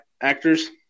actors